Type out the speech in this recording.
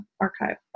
archive